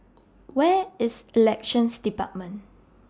Where IS Elections department